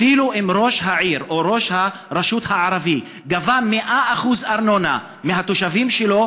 אפילו אם ראש העיר או ראש הרשות הערבי גבה 100% ארנונה מהתושבים שלו,